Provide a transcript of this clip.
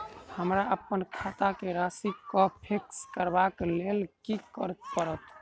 हमरा अप्पन खाता केँ राशि कऽ फिक्स करबाक लेल की करऽ पड़त?